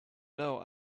know